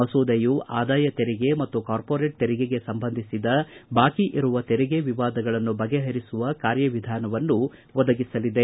ಮಸೂದೆಯು ಆದಾಯ ತೆರಿಗೆ ಮತ್ತು ಕಾರ್ಪೋರೇಟ್ ತೆರಿಗೆಗೆ ಸಂಬಂಧಿಸಿದ ಬಾಕಿ ಇರುವ ತೆರಿಗೆ ವಿವಾದಗಳನ್ನು ಬಗೆಹರಿಸುವ ಕಾರ್ಯವಿಧಾನವನ್ನು ಒದಗಿಸಲಿದೆ